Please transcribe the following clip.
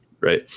right